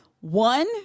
one